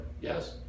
Yes